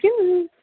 किम्